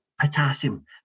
potassium